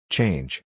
Change